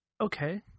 Okay